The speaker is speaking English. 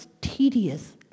tedious